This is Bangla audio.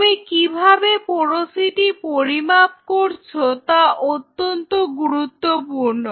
তুমি কিভাবে পোরোসিটি পরিমাপ করছো তা অত্যন্ত গুরুত্বপূর্ণ